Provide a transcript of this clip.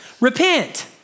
repent